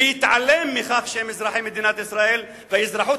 בהתעלם מכך שהם אזרחי מדינת ישראל והאזרחות